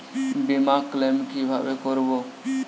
বিমা ক্লেম কিভাবে করব?